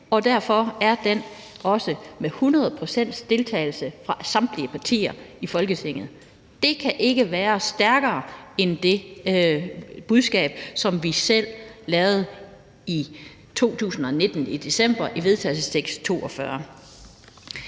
Derfor er den også med 100 pct.s deltagelse fra samtlige partier i Folketinget. Det kan ikke være stærkere end det budskab, som vi selv lavede i december 2019 i vedtagelsestekst V 42.